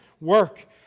work